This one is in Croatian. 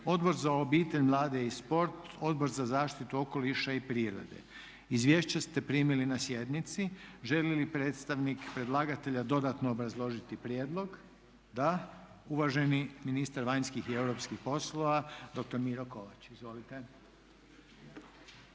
Odbor za obitelj, mlade i sport, Odbor za zaštitu okoliša i prirode. Izvješća ste primili na sjednici. Želi li predstavnik predlagatelja dodatno obrazložiti prijedlog? Da. Uvaženi ministar vanjskih i europskih poslova dr. Miro Kovač, izvolite.